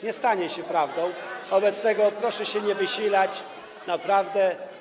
Nie stanie się prawdą, wobec tego proszę się nie wysilać, naprawdę.